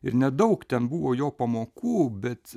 ir nedaug ten buvo jo pamokų bet